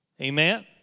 amen